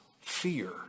fear